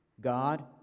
God